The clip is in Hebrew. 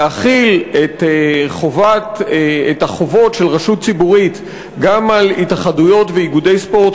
להחיל את החובות של רשות ציבורית גם על התאחדויות ואיגודי ספורט,